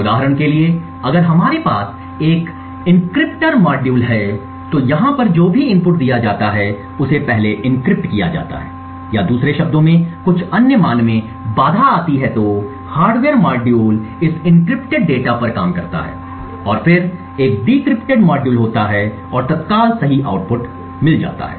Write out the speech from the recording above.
उदाहरण के लिए अगर हमारे पास एक एनक्रिप्टर्स मॉड्यूल है तो यहां पर जो भी इनपुट दिया जाता है उसे पहले एन्क्रिप्ट किया जाता है या दूसरे शब्दों में कुछ अन्य मान में बाधा आती है तो हार्डवेयर मॉड्यूल इस एन्क्रिप्टेड डेटा पर काम करता है और फिर एक डिक्रिप्टेड मॉड्यूल होता है और तत्काल सही आउटपुट मिलता है